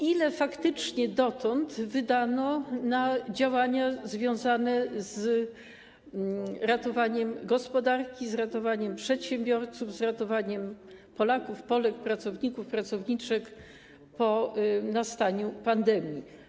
Ile faktycznie dotąd wydano na działania związane z ratowaniem gospodarki, z ratowaniem przedsiębiorców, z ratowaniem Polaków, Polek, pracowników, pracowniczek po nastaniu pandemii?